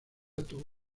tuvo